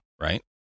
right